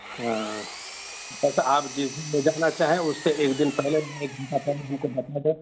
ہاں بس آپ جس دن لے جانا چاہیں اس سے ایک دن پہلے یا ایک گھنٹہ پہلے ہم کو بتا دیں